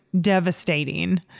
devastating